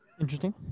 Interesting